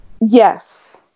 yes